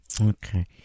Okay